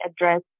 address